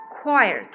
Quiet